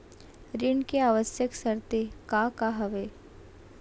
ऋण के आवश्यक शर्तें का का हवे?